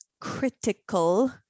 critical